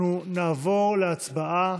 אנחנו נעבור להצבעה